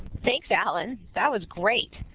thanks, allen. that was great.